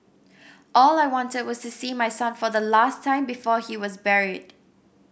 all I wanted was to see my son for the last time before he was buried